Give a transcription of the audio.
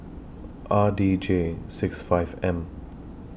R D J six five M